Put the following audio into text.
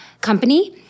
company